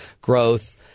growth